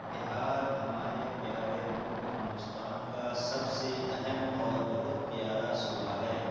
بہار ہمارے پیارے ملک ہندوستان کا سب سے اہم اور بہت پیارا صوبہ ہے